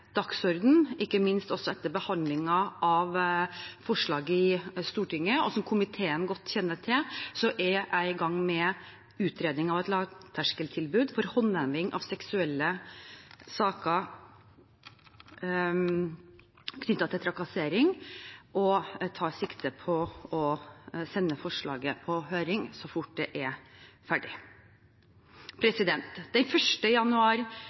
dagsorden, ikke minst etter behandling av forslag i Stortinget. Og som komiteen godt kjenner til, er jeg i gang med utredning av et lavterskeltilbud for håndheving av saker knyttet til seksuell trakassering og tar sikte på å sende forslaget ut på høring så fort det er ferdig. Den 1. januar